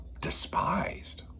despised